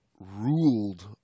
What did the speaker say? ruled